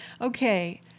Okay